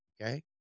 Okay